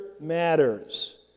matters